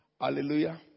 Hallelujah